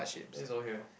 it's all here